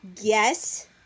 Yes